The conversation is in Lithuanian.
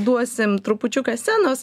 duosim trupučiuką scenos